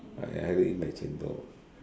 I I will eat my chendol